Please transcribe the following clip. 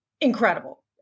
incredible